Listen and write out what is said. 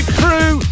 crew